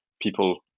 people